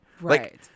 Right